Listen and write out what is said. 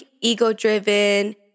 ego-driven